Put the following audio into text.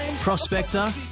Prospector